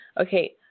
okay